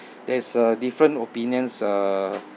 there is uh different opinions uh